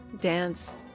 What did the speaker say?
dance